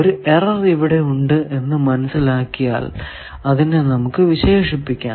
ഒരു എറർ ഇവിടെ ഉണ്ട് എന്ന് മനസ്സിലാക്കിയാൽ അതിനെ നമുക്ക് വിശേഷിപ്പിക്കാം